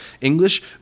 English